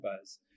Buzz